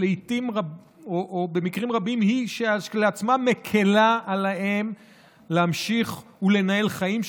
שבמקרים רבים היא כשלעצמה מקילה על האם להמשיך ולנהל חיים,